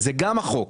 זה גם החוק.